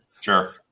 Sure